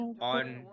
on